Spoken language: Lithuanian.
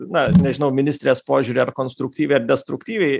na nežinau ministrės požiūrį ar konstruktyviai ar destruktyviai